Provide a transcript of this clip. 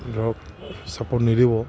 ধৰক চাপৰ্ট নিদিব